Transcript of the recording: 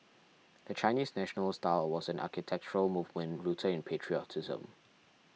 the Chinese National style was an architectural movement rooted in patriotism